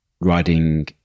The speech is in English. riding